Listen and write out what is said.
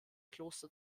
kloster